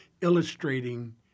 illustrating